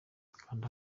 kanda